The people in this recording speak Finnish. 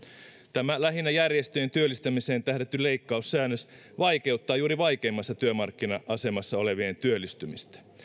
tämä lähinnä järjestöjen työllistämiseen tähdätty leikkaussäännös vaikeuttaa juuri vaikeimmassa työmarkkina asemassa olevien työllistymistä